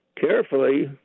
carefully